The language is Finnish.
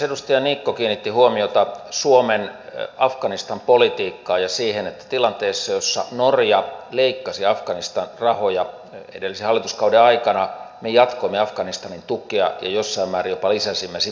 edustaja niikko kiinnitti huomiota suomen afganistan politiikkaan ja siihen että tilanteessa jossa norja leikkasi afganistan rahoja edellisen hallituskauden aikana me jatkoimme afganistanin tukea ja jossain määrin jopa lisäsimme siviilisektorin tukea